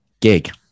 gig